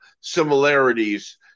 similarities